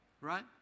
right